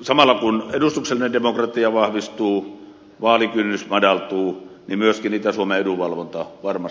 samalla kun edustuksellinen demokratia vahvistuu vaalikynnys madaltuu myöskin itä suomen edunvalvonta varmasti paranee tätä kautta